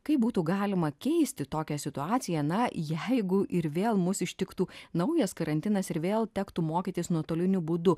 kaip būtų galima keisti tokią situaciją na jeigu ir vėl mus ištiktų naujas karantinas ir vėl tektų mokytis nuotoliniu būdu